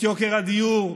את יוקר הדיור,